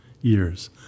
years